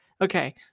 Okay